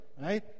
right